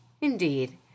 Indeed